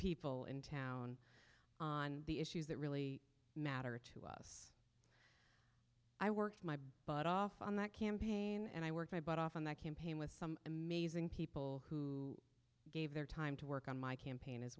people in town on the issues that really matter to us i worked my butt off on that campaign and i worked my butt off on that campaign with some amazing people who gave their time to work on my campaign